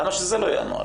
למה שזה לא יהיה הנוהל?